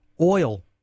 Oil